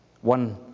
one